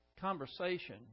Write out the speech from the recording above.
conversation